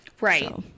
right